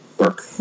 work